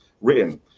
written